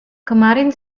kemarin